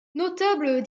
notable